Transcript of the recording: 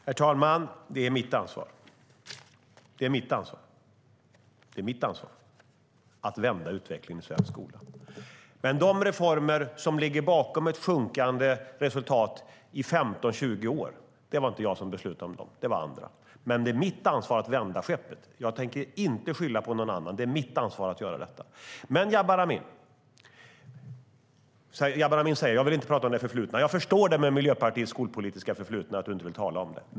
Herr talman! Det är mitt ansvar att vända utvecklingen i svensk skola. De reformer som ligger bakom ett sjunkande resultat i 15-20 år var det inte jag som beslutade om; det var andra. Men det är mitt ansvar att vända skeppet. Jag tänker inte skylla på någon annan, utan det är mitt ansvar att göra detta. Jabar Amin säger att han inte vill tala om det förflutna. Jag förstår, med tanke på Miljöpartiets skolpolitiska förflutna, att han inte vill tala om det.